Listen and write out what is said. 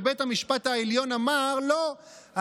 ובית המשפט העליון אמר: לא,